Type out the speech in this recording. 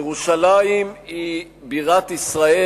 ירושלים היא בירת ישראל.